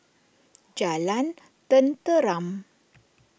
Jalan Tenteram